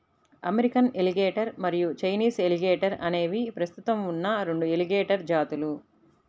American alligator మరియు Chinese alligator అనేవి ప్రస్తుతం ఉన్న రెండు ఎలిగేటర్ జాతులు